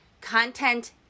content